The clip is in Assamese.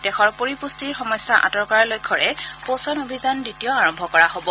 দেশৰ পৰিপুষ্টি সমস্যা আঁতৰ কৰাৰ লক্ষ্যৰে পোষণ অভিযান দ্বিতীয় আৰম্ভ কৰা হ'ব